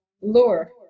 lure